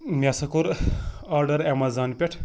مےٚ ہَسا کوٚر آرڈر ایمَزان پٮ۪ٹھ